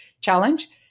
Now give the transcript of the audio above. challenge